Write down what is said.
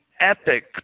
epic